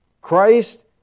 Christ